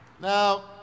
Now